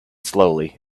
slowly